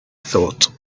thought